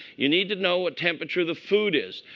you need to know what temperature the food is.